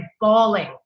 bawling